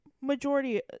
majority